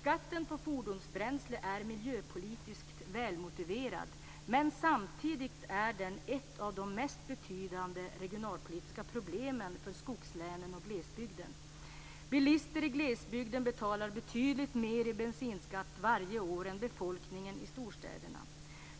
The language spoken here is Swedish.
Skatten på fordonsbränsle är miljöpolitiskt välmotiverad, men samtidigt är den ett av de mest betydande regionalpolitiska problemen för skogslänen och glesbygden. Bilister i glesbygden betalar betydligt mer i bensinskatt varje år än befolkningen i storstäderna.